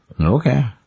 okay